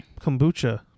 kombucha